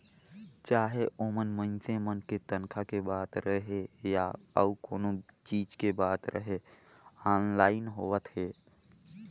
चाहे ओमन मइनसे मन के तनखा के बात रहें या अउ कोनो चीच के बात रहे आनलाईन होवत हे